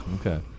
Okay